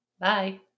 Bye